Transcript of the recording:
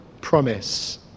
promise